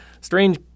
strange